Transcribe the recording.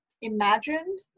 imagined